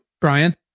Brian